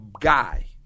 guy